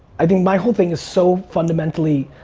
i mean my whole thing is so fundamentally